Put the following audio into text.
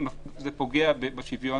פוגע בשוויון.